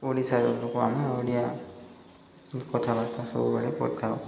ଓଡ଼ିଶା ଲୋକ ଆମେ ଓଡ଼ିଆ କଥାବାର୍ତ୍ତା ସବୁବେଳେ କରିଥାଉ